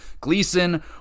Gleason